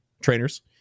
Trainers